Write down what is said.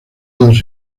dos